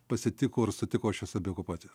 pasitiko ir sutiko šias abi okupacijas